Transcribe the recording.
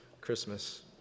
Christmas